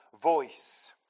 voice